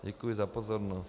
Děkuji za pozornost.